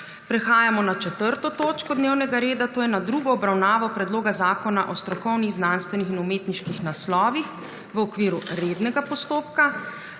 prekinjeno 4. točko dnevnega reda - druga obravnava Predloga zakona o strokovnih, znanstvenih in umetniških naslovih, v okviru rednega postopka.**